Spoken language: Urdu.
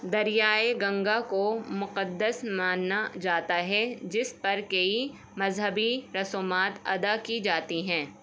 دریائے گنگا کو مقدس ماننا جاتا ہے جس پر کئی مذہبی رسومات ادا کی جاتی ہیں